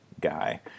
guy